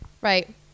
right